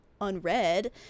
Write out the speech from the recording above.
unread